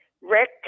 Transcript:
Rick